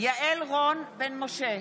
יעל רון בן משה,